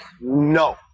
No